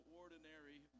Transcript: ordinary